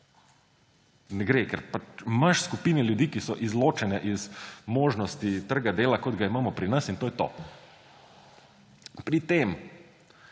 Ne gre, ker imaš skupine ljudi, ki so izločene iz možnosti trga dela, kot ga imamo pri nas, in to je to. Pri tem,